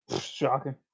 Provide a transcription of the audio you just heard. Shocking